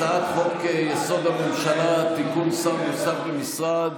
הצעת חוק-יסוד: הממשלה (תיקון שר נוסף במשרד),